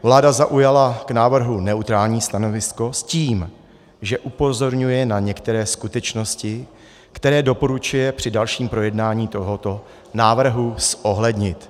Vláda zaujala k návrhu neutrální stanovisko s tím, že upozorňuje na některé skutečnosti, které doporučuje při dalším projednávání tohoto návrhu zohlednit.